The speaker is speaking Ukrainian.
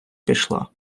пішла